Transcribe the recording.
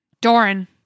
Doran